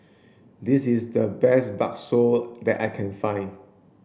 this is the best Bakso that I can find